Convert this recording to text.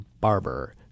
Barber